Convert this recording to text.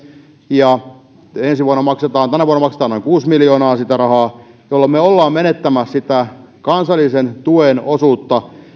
tänä vuonna maksetaan noin kuusi miljoonaa sitä rahaa jolloin me olemme menettämässä sitä kansallisen tuen osuutta